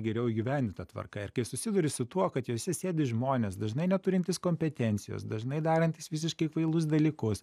geriau įgyvendinta tvarka ir kai susiduri su tuo kad jose sėdi žmonės dažnai neturintys kompetencijos dažnai darantys visiškai kvailus dalykus